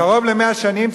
קרוב ל-100 שנים,